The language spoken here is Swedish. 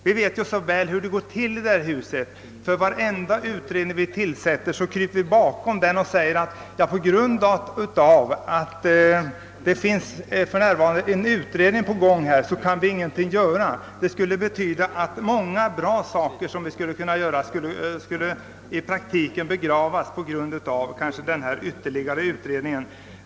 Vi vet ju så väl hur det går till i det här huset. Varje utredning som vi tillsätter kryper vi bakom och säger att på grund av att det för närvarande pågår en utredning kan vi ingenting göra. Det skulle betyda att många bra saker som vi skulle kunna göra i praktiken skulle begravas på grund av en eventuell ytterligare utredning.